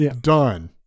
done